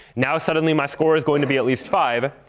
now suddenly my score is going to be at least five.